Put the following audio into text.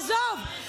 עזוב.